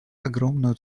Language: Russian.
огромную